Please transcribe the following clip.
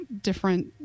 different